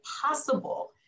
possible